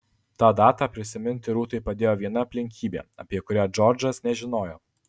tą datą prisiminti rūtai padėjo viena aplinkybė apie kurią džordžas nežinojo